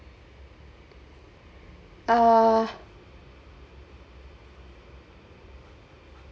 uh